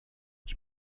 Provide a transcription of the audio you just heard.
ich